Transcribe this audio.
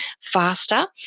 faster